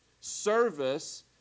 service